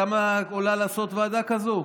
כמה עולה לעשות ועדה כזו?